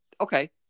okay